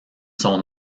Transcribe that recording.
son